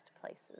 places